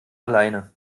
alleine